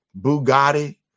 Bugatti